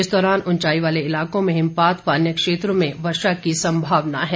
इस दौरान ऊंचाई वाले इलाकों में हिमपात व अन्य क्षेत्रों में वर्षा की संभावना है